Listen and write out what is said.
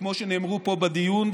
כמו שנאמרו פה בדיון.